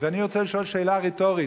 ואני רוצה לשאול שאלה רטורית: